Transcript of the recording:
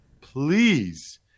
Please